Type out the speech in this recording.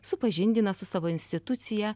supažindina su savo institucija